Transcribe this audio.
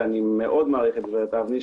ואני מאוד מעריך את הגב' אבני,